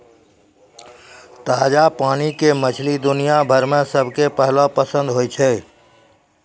ताजा पानी के मछली दुनिया भर मॅ सबके पहलो पसंद होय छै